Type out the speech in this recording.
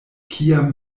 kiam